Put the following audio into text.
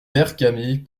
vercamer